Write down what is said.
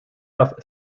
off